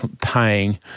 paying